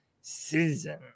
season